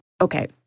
Okay